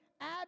add